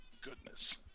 Goodness